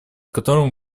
которым